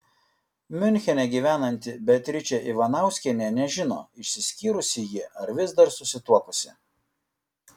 miunchene gyvenanti beatričė ivanauskienė nežino išsiskyrusi ji ar vis dar susituokusi